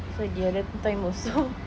so the other time also